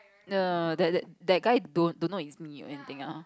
no that that that guy don't don't know is me or anything ah